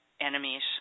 enemies